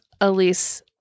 Elise